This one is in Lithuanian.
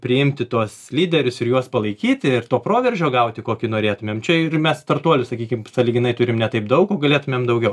priimti tuos lyderius ir juos palaikyti ir to proveržio gauti kokį norėtumėm čia ir mes startuolių sakykim sąlyginai turim ne taip daug o galėtumėm daugiau